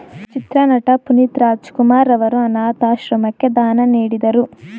ಚಿತ್ರನಟ ಪುನೀತ್ ರಾಜಕುಮಾರ್ ಅವರು ಅನಾಥಾಶ್ರಮಕ್ಕೆ ದಾನ ನೀಡಿದರು